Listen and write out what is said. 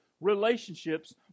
relationships